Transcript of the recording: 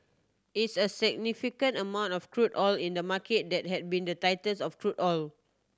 it's a significant amount of crude oil in the market that had been the tightest of crude oil